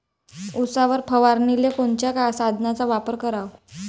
उसावर फवारनीले कोनच्या साधनाचा वापर कराव?